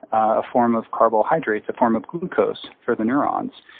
a form of carbohydrates, a form of glucose for the neurons.